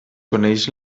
coneix